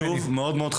זה נושא חשוב מאוד.